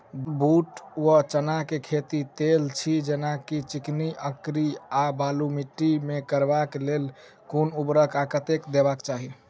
बूट वा चना केँ खेती, तेल छी जेना की चिकनी, अंकरी आ बालू माटि मे करबाक लेल केँ कुन उर्वरक आ कतेक देबाक चाहि?